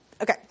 Okay